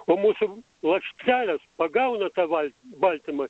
o mūsų ląstelės pagauna tą bal baltymą